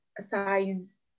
size